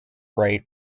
right